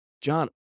John